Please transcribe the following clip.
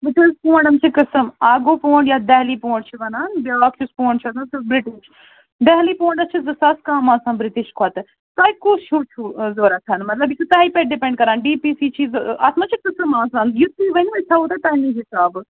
وُچھِ حظ پونٛڈن چھِ قٕسم اَکھ گوٚو پونٛڈ یَتھ بیلی پونٛڈ چھِ ونان بیٛاکھ یُس پونٛڈ چھُ آسان سُہ بیڈن چھُ بیلی پونٛڈس چھِ زٕ ساس کم آسان برٛٹِش کھۅتہٕ تۄہہِ کُس ہیٛوٗ چھُو ضروٗرت مطلب یہِ چھُ تۄہہِ پیٚٹھ ڈِپیٚنٛڈ کران ڈی پی سی چھِ زٕ اتھ منٛز چھِ زٕ قٕسم آسان یہِ تُہۍ ؤنِو أسۍ تھاوَو تۄہہِ تٔمی حسابہٕ